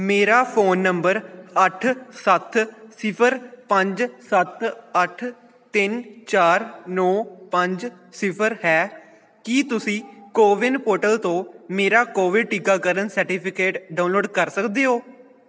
ਮੇਰਾ phone number ਅੱਠ ਸੱਤ ਸਿਫਰ ਪੰਜ ਸੱਤ ਅੱਠ ਤਿੰਨ ਚਾਰ ਨੌ ਪੰਜ ਸਿਫਰ ਹੈ ਕੀ ਤੁਸੀਂ ਕੋਵਿਨ ਪੋਰਟਲ ਤੋਂ ਮੇਰਾ ਕੋਵਿਡ ਟੀਕਾਕਰਨ ਸਰਟੀਫਿਕੇਟ ਡਾਊਨਲੋਡ ਕਰ ਸਕਦੇ ਹੋ